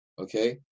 Okay